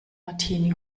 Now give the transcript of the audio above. martini